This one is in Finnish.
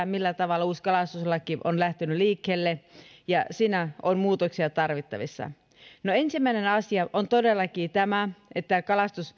millä tavalla uusi kalastuslaki on lähtenyt liikkeelle ja siihen on muutoksia tarvittavissa no ensimmäinen asia on todellakin tämä että